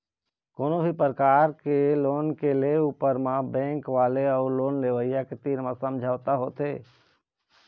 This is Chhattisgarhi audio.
कोनो भी परकार के लोन के ले ऊपर म बेंक वाले अउ लोन लेवइया के तीर म समझौता होथे